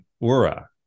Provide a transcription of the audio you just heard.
Aura